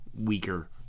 weaker